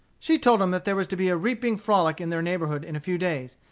she told him that there was to be a reaping frolic in their neighborhood in a few days,